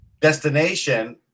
destination